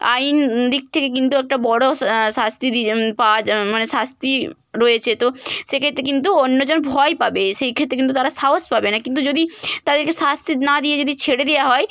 আইন দিক থেকে কিন্তু একটা বড় স্ শাস্তি দিয়ে পাওয়ার যা মানে শাস্তি রয়েছে তো সেক্ষেত্রে কিন্তু অন্য জন ভয় পাবে সেই ক্ষেত্রে কিন্তু তারা সাহস পাবে না কিন্তু যদি তাদেরকে শাস্তি না দিয়ে যদি ছেড়ে দেওয়া হয়